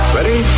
Ready